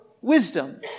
wisdom